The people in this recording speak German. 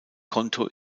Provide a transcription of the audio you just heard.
konto